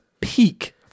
peak